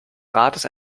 rates